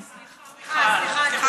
סליחה, סליחה.